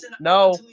no